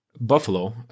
Buffalo